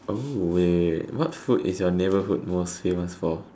oh wait wait wait what food is your neighbourhood most famous for